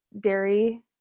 dairy